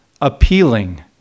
appealing